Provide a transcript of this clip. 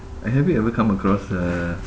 eh have you ever come across a